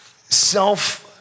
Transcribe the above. self